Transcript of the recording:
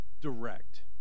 Direct